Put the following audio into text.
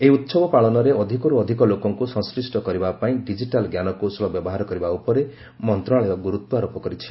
ଏହି ଉତ୍ସବ ପାଳନରେ ଅଧିକରୁ ଅଧିକ ଲୋକଙ୍କୁ ସଂଶ୍ଳିଷ୍ଟ କରିବାପାଇଁ ଡିକିଟାଲ୍ କରିବା ଉପରେ ମନ୍ତ୍ରଣାଳୟ ଗୁରୁତ୍ୱାରୋପ କରିଛି